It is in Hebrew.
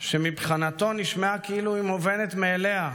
שמבחינתו נשמעה כאילו היא מובנת מאליה,